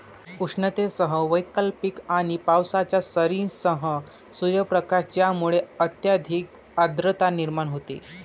उष्णतेसह वैकल्पिक आणि पावसाच्या सरींसह सूर्यप्रकाश ज्यामुळे अत्यधिक आर्द्रता निर्माण होते